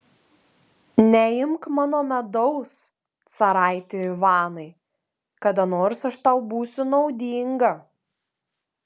neimk mano medaus caraiti ivanai kada nors aš tau būsiu naudinga